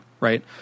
Right